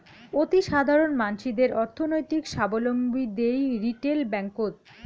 অতিসাধারণ মানসিদের অর্থনৈতিক সাবলম্বী দিই রিটেল ব্যাঙ্ককোত